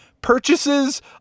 purchases